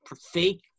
fake